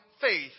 faith